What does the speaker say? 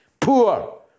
poor